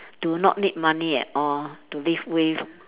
do not need money at all to live with